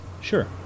Sure